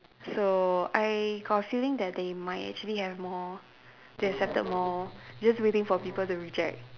so I got a feeling that they might actually have more they accepted more just waiting for people to reject